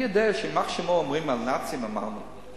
אני יודע ש"יימח שמו" אומרים על נאצים, אמרנו.